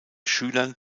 schülern